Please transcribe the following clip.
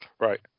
right